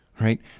right